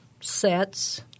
sets